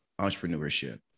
entrepreneurship